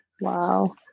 Wow